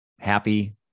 happy